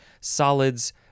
solids